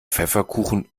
pfefferkuchen